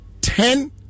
ten